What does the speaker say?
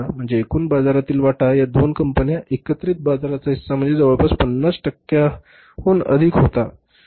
म्हणजे एकूण बाजारातील वाटा या दोन कंपन्यांचा एकत्रित बाजाराचा हिस्सा म्हणजे जवळपास 50 टक्क्यांहून अधिक होता